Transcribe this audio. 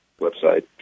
website